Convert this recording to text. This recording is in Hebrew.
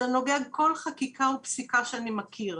זה נוגד כל חקיקה ופסיקה שאני מכיר.